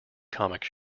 comic